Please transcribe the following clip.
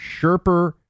Sherper